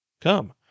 Come